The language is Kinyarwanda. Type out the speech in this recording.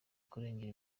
kurengera